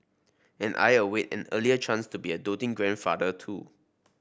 and I await an earlier chance to be a doting grandfather too